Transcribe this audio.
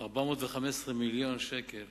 415 מיליון שקל